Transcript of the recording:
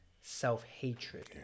self-hatred